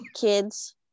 Kids